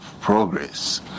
progress